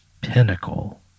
pinnacle